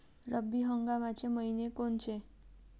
रब्बी हंगामाचे मइने कोनचे?